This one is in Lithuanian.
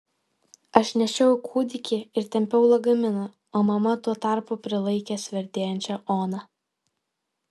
aš nešiau kūdikį ir tempiau lagaminą o mama tuo tarpu prilaikė sverdėjančią oną